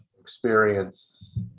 experience